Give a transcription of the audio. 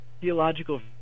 theological